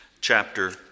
chapter